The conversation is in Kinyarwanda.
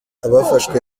abafashwe